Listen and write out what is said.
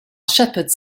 shepherds